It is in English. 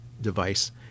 device